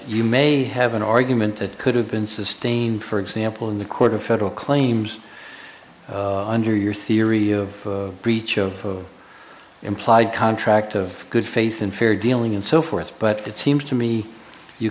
you may have an argument that could have been sustained for example in the court of federal claims under your theory of breach of implied contract of good faith and fair dealing and so forth but it seems to me you